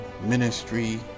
ministry